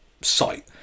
site